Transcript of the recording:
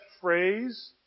phrase